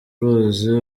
uruzi